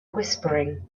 whispering